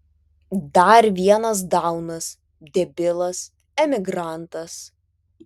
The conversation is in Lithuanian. dar vienas daunas debilas emigrantas